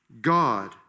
God